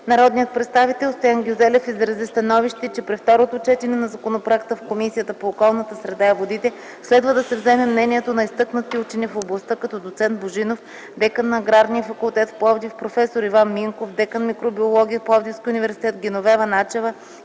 Народният представител Стоян Гюзелев изрази становище, че при второто четене на законопроекта в Комисията по околната среда и водите следва да се вземе мнението на изтъкнати учени в областта, като доц. Божинов – декан на Аграрния факултет в Пловдив, проф. Иван Минков – декан „Микробиология” в Пловдивския университет, Геновева Начева